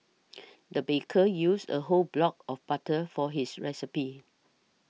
the baker used a whole block of butter for his recipe